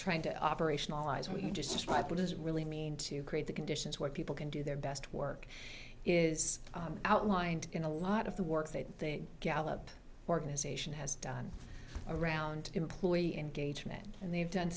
trying to operationalize we just write what is really mean to create the conditions where people can do their best work is outlined in a lot of the work that they gallup organization has done around employee engagement and they've done